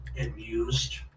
amused